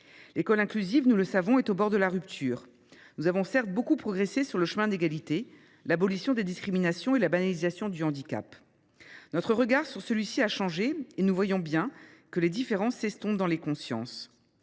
L’école inclusive, nous le savons, est au bord de la rupture. Nous avons certes beaucoup progressé sur le chemin de l’égalité, l’abolition des discriminations et la banalisation du handicap. Notre regard sur ce dernier a changé, et nous voyons bien que les différences s’estompent dans les consciences.